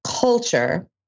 culture